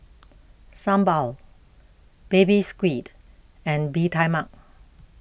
Sambal Baby Squid and Bee Tai Mak